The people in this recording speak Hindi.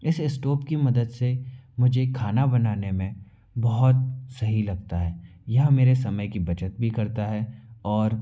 इस स्टॉव की मदद से मुझे खाना बनाने में बहुत सही लगता है यह मेरे समय की बचत भी करता है और